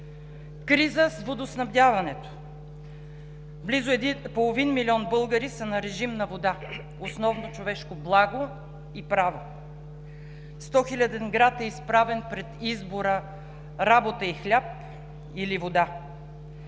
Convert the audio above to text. криза с водоснабдяването. Близо половин милион българи са на режим на вода – основно човешко благо и право. 100-хиляден град е изправен пред избора работа и хляб или вода.